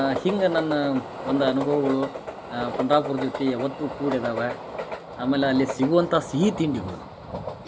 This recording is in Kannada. ಹಿಂಗೆ ನನ್ನ ಒಂದು ಅನುಭವಗಳು ಪಂಡ್ರಾಪುರದ ಜೊತೆ ಯಾವತ್ತು ಕೂಡ್ಯದವ ಆಮೇಲೆ ಅಲ್ಲಿ ಸಿಗುವಂಥಾ ಸಿಹಿ ತಿಂಡಿಗುಳು